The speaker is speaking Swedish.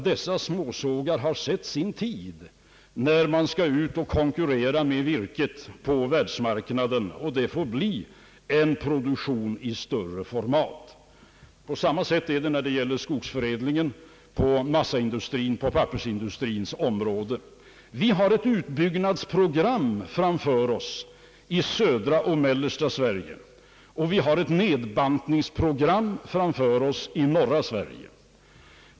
Dessa småsågar har sett sin tid när det gäller virkeskonkurrensen på världsmarknaden. Det måste bli en produktion i större format. På samma sätt förhåller det sig när det gäller skogsförädlingen på pappersindustrins område. Vi har ett utbyggnadsprogram framför oss i södra och mellersta Sverige, och vi har ett nedbantningsprogram framför oss i norra Sverige.